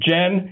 Jen